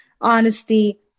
honesty